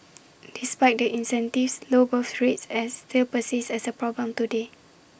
despite the incentives low birth rates are still persist as A problem today